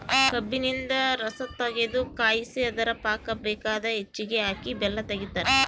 ಕಬ್ಬಿನಿಂದ ರಸತಗೆದು ಕಾಯಿಸಿ ಅದರ ಪಾಕ ಬೇಕಾದ ಹೆಚ್ಚಿಗೆ ಹಾಕಿ ಬೆಲ್ಲ ತೆಗಿತಾರ